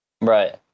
Right